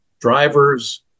drivers